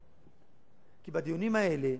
כי בדיונים האלה,